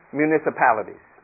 municipalities